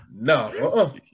No